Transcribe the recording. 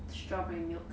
strawberry milk